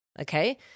okay